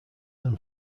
than